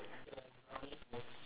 then the door is